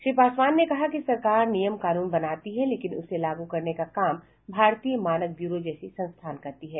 श्री पासवान ने कहा कि सरकार नियम कानून बनाती हैं लेकिन उसे लागू करने का काम भारतीय मानक ब्यूरो जैसी संस्थान करती हैं